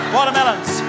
Watermelons